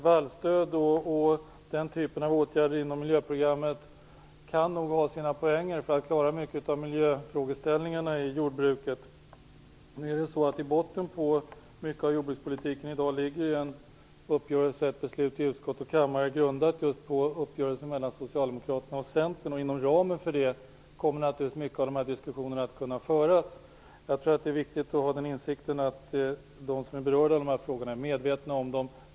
Vallstöd och den typen av åtgärder inom miljöprogrammet kan nog ha sina poänger för att klara en hel del miljöfrågeställningarna i jordbruket. I botten på mycket av jordbrukspolitiken i dag ligger en uppgörelse och ett beslut i utskott och kammare, grundat på just uppgörelsen mellan Socialdemokraterna och Centern. Inom ramen för den kommer naturligtvis mycket av de här diskussionerna att kunna föras. Jag tror att det är viktigt att ha insikten att de som är berörda av de här frågorna är medvetna om dem.